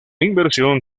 inversión